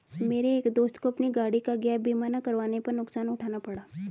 मेरे एक दोस्त को अपनी गाड़ी का गैप बीमा ना करवाने पर नुकसान उठाना पड़ा